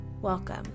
Welcome